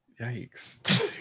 Yikes